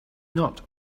not